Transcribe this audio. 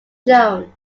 shown